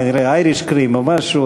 כנראה "אייריש קרים" או משהו,